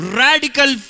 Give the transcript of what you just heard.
radical